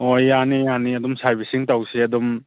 ꯍꯣꯏ ꯌꯥꯅꯤ ꯌꯥꯅꯤ ꯑꯗꯨꯝ ꯁꯥꯔꯕꯤꯁꯤꯡ ꯇꯧꯁꯦ ꯑꯗꯨꯝ